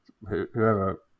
whoever